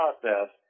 process